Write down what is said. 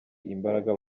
imbaraga